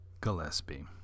Gillespie